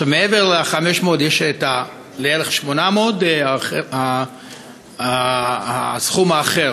עכשיו, מעבר ל-500 יש בערך 800, הסכום האחר.